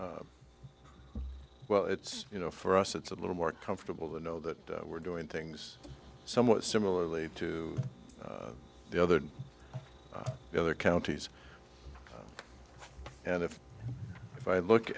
question well it's you know for us it's a little more comfortable to know that we're doing things somewhat similarly to the other the other counties and if i look